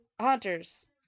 Hunters